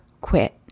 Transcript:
quit